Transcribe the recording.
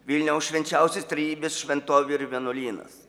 vilniaus švenčiausios trejybės šventovė ir vienuolynas